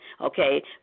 okay